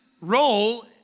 role